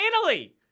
Italy